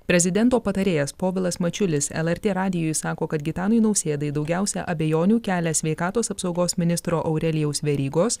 prezidento patarėjas povilas mačiulis lrt radijui sako kad gitanui nausėdai daugiausia abejonių kelia sveikatos apsaugos ministro aurelijaus verygos